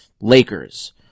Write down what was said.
Lakers